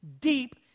deep